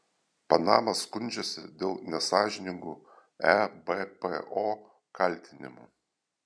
panama skundžiasi dėl nesąžiningų ebpo kaltinimų